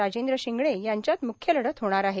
राजेंद्र शिंगणे यांच्यात म्ख्य लढत होणार आहे